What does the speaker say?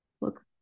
Look